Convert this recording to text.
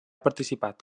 participat